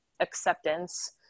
acceptance